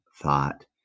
thought